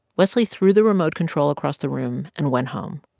wesley threw the remote control across the room and went home.